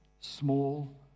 small